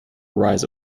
rise